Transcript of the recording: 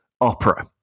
opera